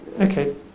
okay